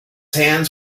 hands